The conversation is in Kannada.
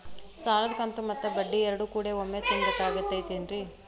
ಸಾಲದ ಕಂತು ಮತ್ತ ಬಡ್ಡಿ ಎರಡು ಕೂಡ ಒಮ್ಮೆ ತುಂಬ ಬೇಕಾಗ್ ತೈತೇನ್ರಿ?